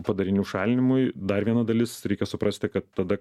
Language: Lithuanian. padarinių šalinimui dar viena dalis reikia suprasti kad tada